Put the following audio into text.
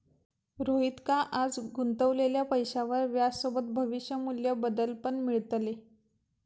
रोहितका आज गुंतवलेल्या पैशावर व्याजसोबत भविष्य मू्ल्य बदल पण मिळतले